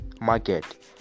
market